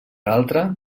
altra